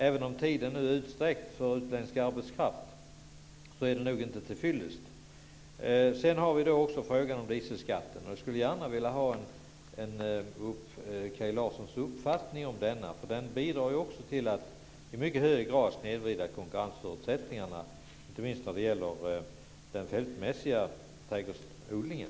Även om tiden för utländsk arbetskraft nu har utsträckts är det inte tillfyllest. Sedan har vi frågan om dieselskatten. Jag skulle gärna vilja höra Kaj Larssons uppfattning om den. Den bidrar ju nämligen i mycket hög grad till att snedvrida konkurrensförutsättningarna, inte minst när det gäller den fältmässiga trädgårdsodlingen.